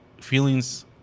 feelings